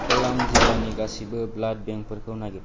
क'लाम जिल्लानि गासिबो ब्लाड बेंकफोरखौ नागिर